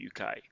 UK